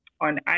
on